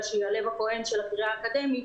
שהיא הלב הפועם של הקריה האקדמית,